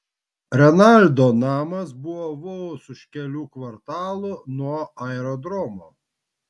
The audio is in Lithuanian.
renaldo namas buvo vos už kelių kvartalų nuo aerodromo